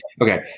Okay